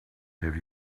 have